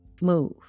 move